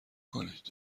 کنید